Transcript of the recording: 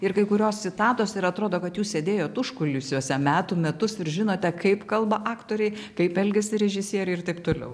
ir kai kurios citatos ir atrodo kad jūs sėdėjot užkulisiuose metų metus ir žinote kaip kalba aktoriai kaip elgiasi režisieriai ir taip toliau